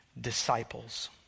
disciples